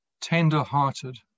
tender-hearted